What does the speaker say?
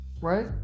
right